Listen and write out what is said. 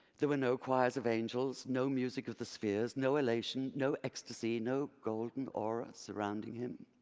there were no choirs of angels, no music of the spheres, no elation, no ecstasy, no golden aura surrounding him!